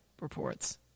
reports